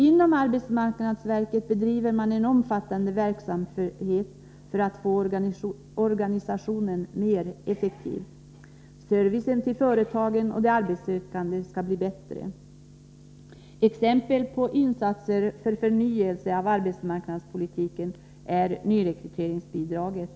Inom arbetsmarknadsverket bedriver man en omfattande verksamhet för att få organisationen mer effektiv. Servicen till företagen och de arbetssökande skall bli bättre. Exempel på insatser för förnyelse av arbetsmarknadspolitiken är nyrekryteringsbidraget.